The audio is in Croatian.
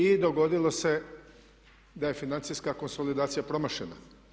I dogodilo se da je financijska konsolidacija promašena.